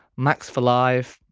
max for live,